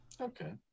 Okay